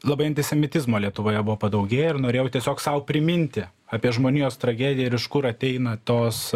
labai antisemitizmo lietuvoje buvo padaugėję ir norėjau tiesiog sau priminti apie žmonijos tragediją ir iš kur ateina tos